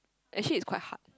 actually is quite hard